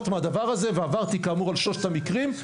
מהדבר הזה ועברתי כאמור על שלושת המקרים,